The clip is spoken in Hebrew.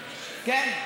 כן?